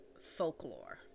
folklore